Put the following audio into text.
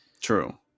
True